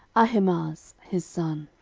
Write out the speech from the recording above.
ahimaaz his son.